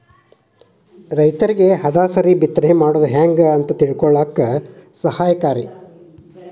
ರೈತರಿಗೆ ಹದಸರಿ ಬಿತ್ತನೆ ಮಾಡುದು ಹೆಂಗ ಅಂತ ತಿಳಕೊಳ್ಳಾಕ ಸಹಾಯಕಾರಿ